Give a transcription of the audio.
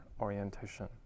orientation